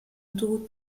autoroute